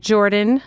Jordan